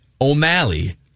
O'Malley